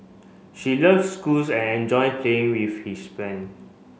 she loves schools and enjoy playing with his friend